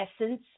essence